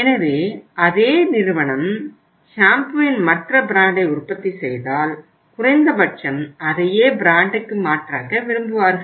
எனவே அதே நிறுவனம் ஷாம்பூவின் மற்ற பிராண்டை உற்பத்தி செய்தால் குறைந்தபட்சம் அதையே பிராண்டுக்கு மாற்றாக்க விரும்புவார்கள்